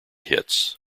hits